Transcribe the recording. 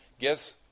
guess